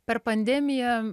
per pandemiją